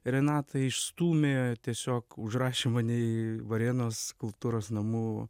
renata išstūmė tiesiog užrašė mane į varėnos kultūros namų